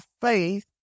faith